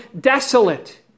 desolate